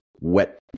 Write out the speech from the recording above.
wet